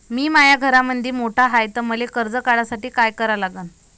मी माया घरामंदी मोठा हाय त मले कर्ज काढासाठी काय करा लागन?